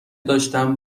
داشتم